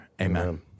Amen